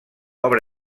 obra